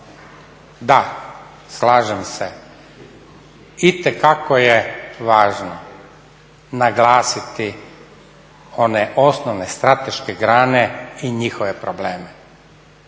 Da, slažem se itekako je važno naglasiti one osnovne, strateške grane i njihove probleme.